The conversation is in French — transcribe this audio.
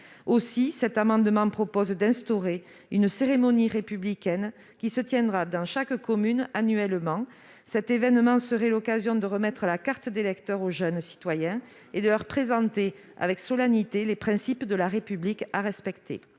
Aussi, cet amendement tend à instaurer une cérémonie républicaine qui se tiendra dans chaque commune, annuellement. Cet événement serait l'occasion de remettre la carte d'électeur aux jeunes citoyens et de leur présenter, avec solennité, les principes de la République à respecter.